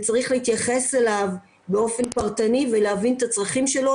וצריך להתייחס אליו באופן פרטני ולהבין את הצרכים שלו,